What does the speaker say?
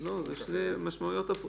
הוועדה.